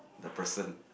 the person